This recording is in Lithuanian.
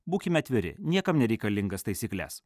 būkime atviri niekam nereikalingas taisykles